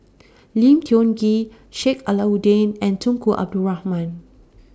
Lim Tiong Ghee Sheik Alau'ddin and Tunku Abdul Rahman